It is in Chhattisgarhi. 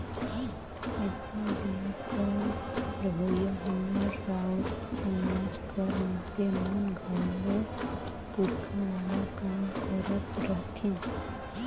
अइसने गाँव कर रहोइया हमर राउत समाज कर मइनसे मन घलो पूरखा वाला काम करत रहथें